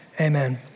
Amen